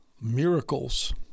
miracles